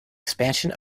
expansion